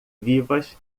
vivas